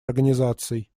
организаций